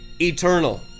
eternal